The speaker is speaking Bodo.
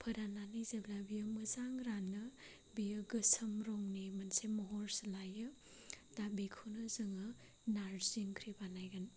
फोराननानै जेब्ला बेयो मोजां रानो बेयो गोसोम रंनि मोनसे महर सोलायो दा बेखौनो जोङो नारजि ओंख्रि बानायगोन